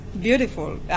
beautiful